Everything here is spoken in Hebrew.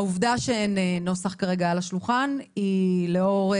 העובדה שאין נוסח כרגע על השולחן היא לאור